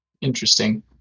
Interesting